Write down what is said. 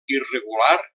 irregular